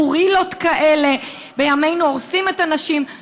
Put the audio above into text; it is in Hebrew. בחורילות כאלה"; "בימינו הורסים את הנשים".